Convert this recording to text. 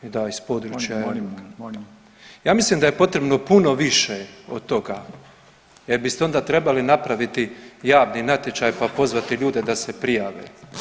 Ja mislim da je potrebno puno više od toga, jer biste onda trebali napraviti javni natječaj pa pozvati ljude da se prijave.